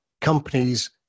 companies